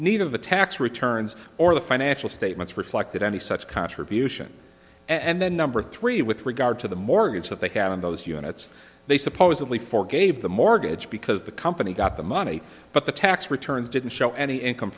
need of the tax returns or the financial statements reflected any such contribution and then number three with regard to the mortgage that they had in those units they supposedly for gave the mortgage because the company got the money but the tax returns didn't show any income